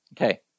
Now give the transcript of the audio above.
Okay